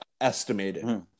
estimated